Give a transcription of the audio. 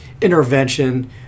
intervention